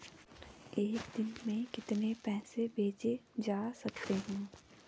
एक दिन में कितने पैसे भेजे जा सकते हैं?